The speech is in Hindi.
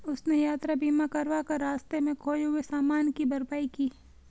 उसने यात्रा बीमा करवा कर रास्ते में खोए हुए सामान की भरपाई की